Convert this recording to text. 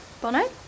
Bono